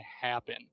happen